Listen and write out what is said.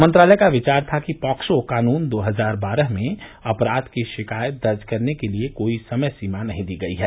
मंत्रालय का विचार था कि पॅक्सो कानून दो हजार बारह में अपराध की शिकायत दर्ज करने के लिए कोई समय सीमा नहीं दी गई है